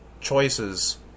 choices